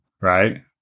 right